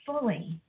fully